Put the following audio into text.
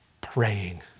praying